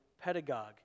pedagogue